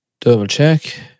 double-check